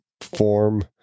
form